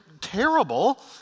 terrible